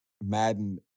Madden